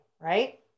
right